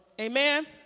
Amen